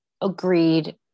agreed